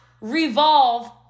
revolve